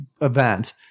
event